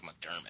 McDermott